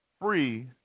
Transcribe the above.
free